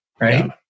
right